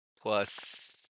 plus